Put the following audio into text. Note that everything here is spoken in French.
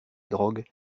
drogue